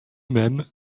même